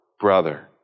brother